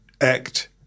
ACT